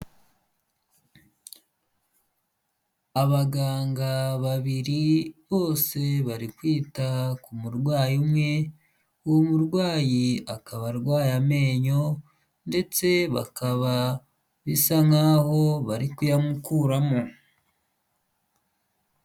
Abaganga babiri bose bari kwita ku murwayi umwe uwo murwayi akaba arwaye amenyo ndetse bakaba bisa nkaho bari kuyamukuramo.